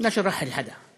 ולא רוצים לסלק אף אחד,